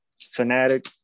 fanatic